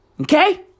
Okay